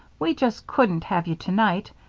we just couldn't have you tonight.